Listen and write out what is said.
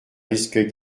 risquent